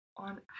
on